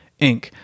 Inc